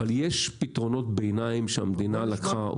אבל יש פתרונות ביניים שהמדינה לקחה,